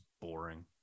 boring